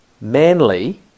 Manly